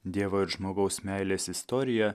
dievo ir žmogaus meilės istoriją